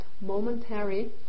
momentary